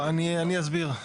אני אסביר.